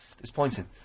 disappointing